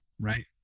right